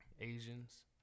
Asians